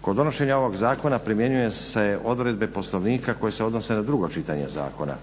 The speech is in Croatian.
Kod donošenja ovoga Zakona primjenjuju se odredbe Poslovnika koje se odnose na drugo čitanje Zakona.